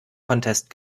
contest